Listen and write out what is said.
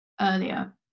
earlier